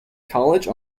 college